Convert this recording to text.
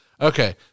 Okay